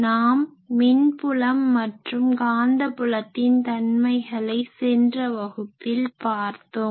நாம் மின் புலம் மற்றும் காந்த புலத்தின் தன்மைகளை சென்ற வகுப்பில் பார்த்தோம்